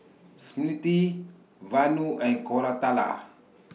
Smriti Vanu and Koratala